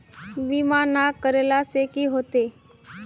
बीमा ना करेला से की होते?